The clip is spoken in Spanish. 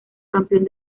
campeón